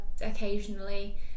occasionally